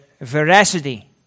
veracity